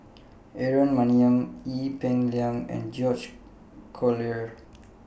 Aaron Maniam Ee Peng Liang and George Collyer